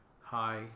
Hi